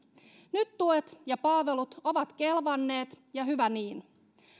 nyt tuet ja palvelut ovat kelvanneet ja hyvä niin